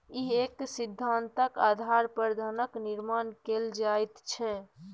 इएह सिद्धान्तक आधार पर धनक निर्माण कैल जाइत छै